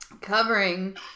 covering